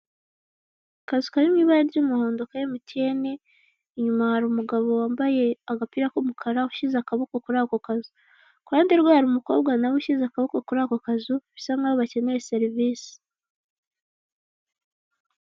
Akazu kari mw'ibara ry'umuhondo ka MTN inyuma hari umugabo wambaye agapira k'umukara ushyize akaboko kuri ako kazu ku ruhande rwe hari umukobwa nawe ushyize akaboko kuri ako kazu bisa nkaho bakeneye serivise.